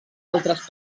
altres